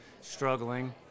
struggling